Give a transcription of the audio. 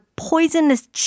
poisonous